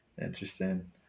Interesting